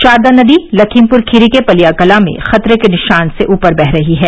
शारदा नदी लखीमपुर खीरी के पलियाकलां में खतरे के निशान से ऊपर बह रही है